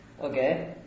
Okay